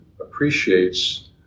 appreciates